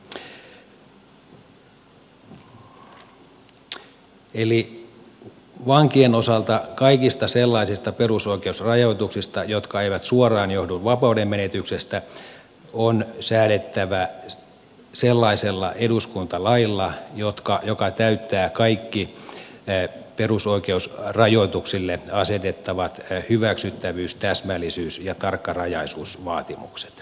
eli vankien osalta kaikista sellaisista perusoikeusrajoituksista jotka eivät suoraan johdu vapauden menetyksestä on säädettävä sellaisella eduskuntalailla joka täyttää kaikki perusoikeusrajoituksille asetettavat hyväksyttävyys täsmällisyys ja tarkkarajaisuusvaatimukset